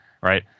Right